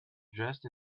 dressed